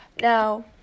now